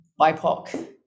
BIPOC